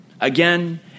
Again